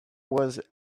was